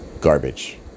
garbage